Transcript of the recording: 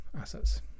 assets